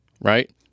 right